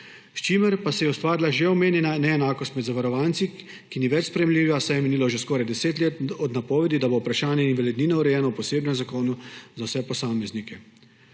s čimer pa se je ustvarila že omenjena neenakost med zavarovanci, ki ni več sprejemljiva, saj je minilo že skoraj 10 let od napovedi, da bo vprašanje invalidnine urejeno v posebnem zakonu za vse posameznike.